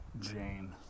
Jane